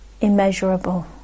immeasurable